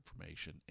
information